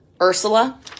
Ursula